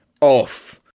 off